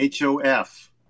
HOF